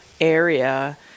area